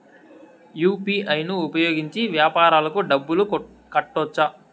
UPI ను ఉపయోగించి వ్యాపారాలకు డబ్బులు కట్టొచ్చా?